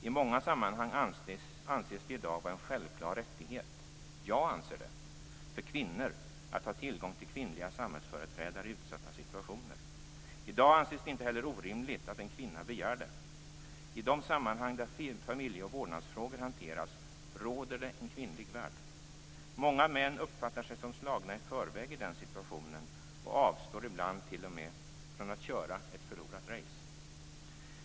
I många sammanhang anses det i dag vara en självklar rättighet - jag anser det - för kvinnor att ha tillgång till kvinnliga samhällsföreträdare i utsatta situationer. I dag anses det inte heller orimligt att en kvinna begär det. I de sammanhang där familje och vårdnadsfrågor hanteras råder det en kvinnlig värld. Många män uppfattar sig som slagna på förhand i den situationen och avstår ibland t.o.m. från att köra ett förlorat race.